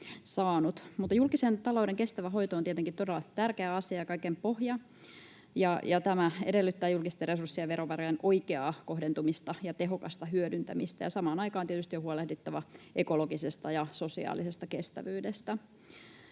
Mutta julkisen talouden kestävä hoito on tietenkin todella tärkeä asia ja kaiken pohja. Tämä edellyttää julkisten resurssien ja verovarojen oikeaa kohdentumista ja tehokasta hyödyntämistä. Samaan aikaan tietysti on huolehdittava ekologisesta ja sosiaalisesta kestävyydestä.